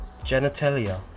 genitalia